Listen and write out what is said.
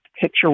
picture